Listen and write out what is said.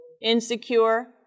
Insecure